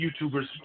YouTubers